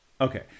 Okay